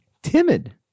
timid